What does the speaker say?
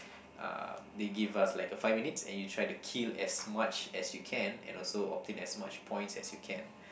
um they give us like a five minutes and you try kill as much as you can and also obtain as much points as you can